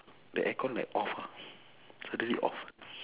the aircon like off ah suddenly off